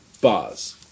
Bars